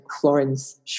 Florence